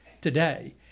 today